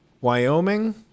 Wyoming